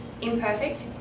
imperfect